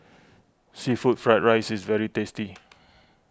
Seafood Fried Rice is very tasty